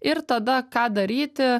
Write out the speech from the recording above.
ir tada ką daryti